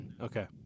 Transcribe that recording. Okay